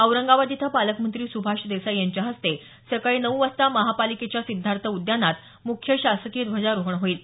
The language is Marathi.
औरंगाबाद इथं पालकमंत्री सुभाष देसाई यांच्या हस्ते सकाळी नऊ वाजता महापालिकेच्या सिद्धार्थ उद्यानात मुख्य शासकीय ध्वजारोहण होईल